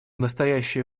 настоящее